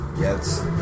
Yes